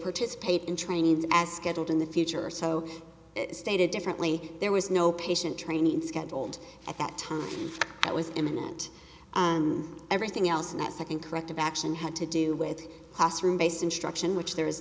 participate in trains as scheduled in the future so stated differently there was no patient training scheduled at that time that was imminent everything else in that second corrective action had to do with classroom based instruction which there is